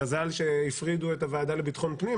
מזל שהפרידו את הוועדה לביטחון פנים,